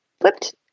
flipped